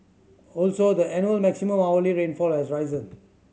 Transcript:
also the annual maximum hourly rainfall has risen